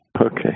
Okay